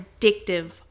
addictive